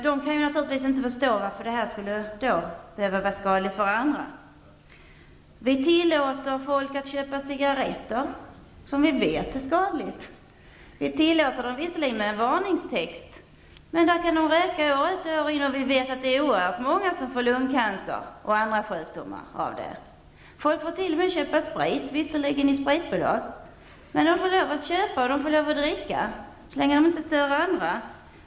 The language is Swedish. De kan naturligtvis inte förstå varför det skulle behöva vara skadligt för andra. Vi tillåter folk att köpa cigarretter, som vi vet är skadliga. Vi tillåter att cigarretter säljs, låt vara att de då skall vara försedda med en varningstext. Folk kan röka dem år ut och år in, och vi vet att det är oerhört många som får lungcancer och andra sjukdomar av det. Folk får t.o.m. köpa sprit, låt vara att det måste ske på spritbolag, och de får lov att dricka den, så länge de inte stör andra.